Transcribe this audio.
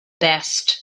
best